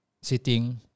Sitting